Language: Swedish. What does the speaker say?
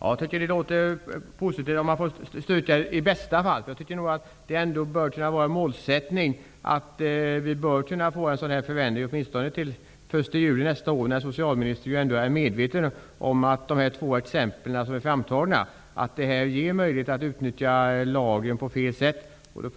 Herr talman! Jag tycker att det låter positivt om jag får stryka ''i bästa fall''. Jag tycker att det bör vara en målsättning att få en sådan förändring åtminstone till den 1 juli nästa år. Socialministern är ju ändå medveten om de två exempel som är framtagna. Det finns möjligheter att utnyttja lagen på fel sätt. Det är i och